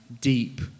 deep